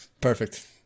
Perfect